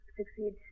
succeed